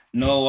no